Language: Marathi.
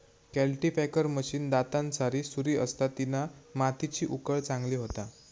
कल्टीपॅकर मशीन दातांसारी सुरी असता तिना मातीची उकळ चांगली होता